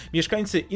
Mieszkańcy